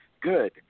good